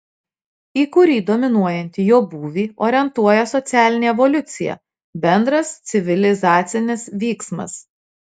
į kurį dominuojantį jo būvį orientuoja socialinė evoliucija bendras civilizacinis vyksmas